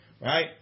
Right